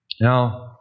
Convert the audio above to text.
Now